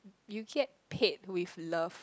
you get paid with love